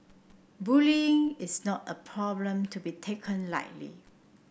bullying is not a problem to be taken lightly